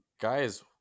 Guys